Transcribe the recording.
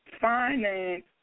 finance